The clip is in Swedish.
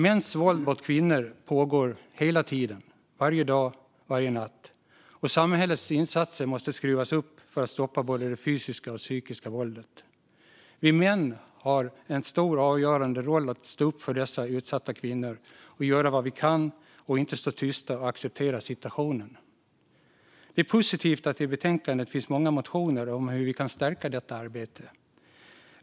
Mäns våld mot kvinnor pågår hela tiden, varje dag och varje natt, och samhällets insatser måste skruvas upp för att stoppa både det fysiska och det psykiska våldet. Vi män har en stor och avgörande roll att stå upp för dessa utsatta kvinnor, göra vad vi kan och inte stå tysta och acceptera situationen. Det är positivt att det i betänkandet finns många motioner om hur vi kan stärka detta arbete.